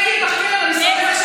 זה שהצבעתם עם אחמד טיבי,